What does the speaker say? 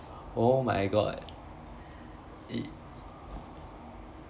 oh my god it